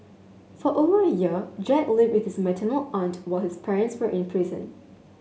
for over a year Jack lived with his maternal aunt while his parents were in prison